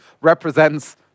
represents